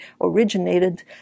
originated